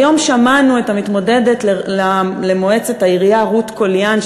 היום שמענו את המתמודדת למועצת העירייה רות קוליאן,